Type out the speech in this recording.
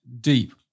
deep